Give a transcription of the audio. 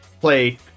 play